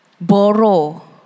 Borrow